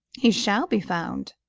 he shall be found.